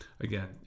again